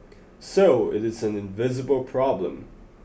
so it is an invisible problem